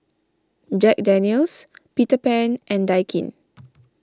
Jack Daniel's Peter Pan and Daikin